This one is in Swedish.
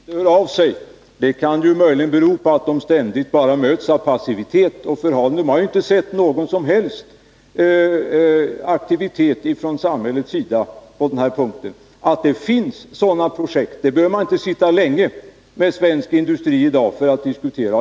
Fru talman! Att svensk industri inte hör av sig kan möjligen bero på att man ständigt bara möts av passivitet. Man har inte sett någon som helst aktivitet från samhällets sida på denna punkt. Att det finns lämpliga projekt behöver man inte diskutera länge med svensk industri i dag för att få veta.